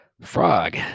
Frog